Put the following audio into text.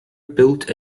built